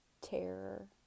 terror